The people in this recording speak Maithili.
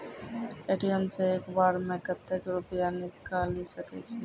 ए.टी.एम सऽ एक बार म कत्तेक रुपिया निकालि सकै छियै?